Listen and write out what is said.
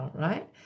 right